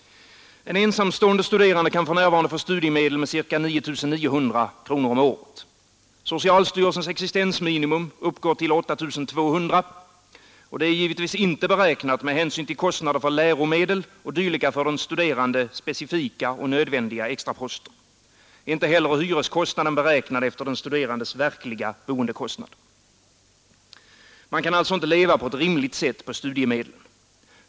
En ensamstående studerande kan för närvarande få studiemedel med cirka 9 900 kronor om året. Socialstyrelsens existensminimum uppgår till 8 200 kronor, och det är givetvis inte beräknat med hänsyn till kostnader för läromedel o. d. — för den studerande nödvändiga extraposter. Inte heller är hyreskostnaden beräknad efter den studerandes verkliga boendekostnad. Man kan inte leva på ett rimligt sätt på studiemedlen.